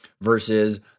versus